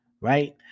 right